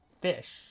fish